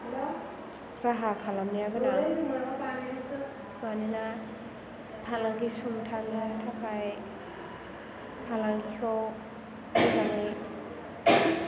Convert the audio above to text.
राहा खालामनाया गोनां मानोना फालांगि सुंथानो थाखाय फालांगिखौ मोजाङै